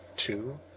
two